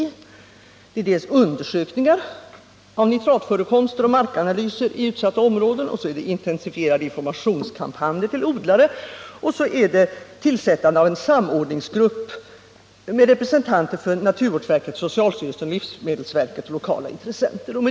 Det gäller dels undersökningar av nitratförekomster och markanalyser i utsatta områden, dels intensifierade informationskampanjer riktade till odlare och dels tillsättande av en särskild samordningsgrupp med representanter för naturvårdsverket, socialstyrelsen och livsmedelsverket samt lokala intressenter.